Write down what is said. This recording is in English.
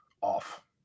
off